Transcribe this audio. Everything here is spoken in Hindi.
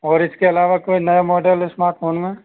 और इसके अलावा कोई नया मॉडल स्मार्टफोन में